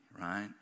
right